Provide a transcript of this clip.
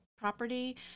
property